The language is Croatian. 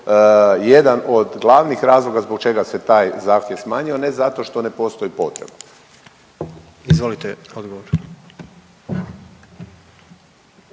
jedan od glavnih razloga zbog čega se taj zahtjev smanjio, a ne zato što ne postoji potreba.